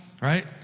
right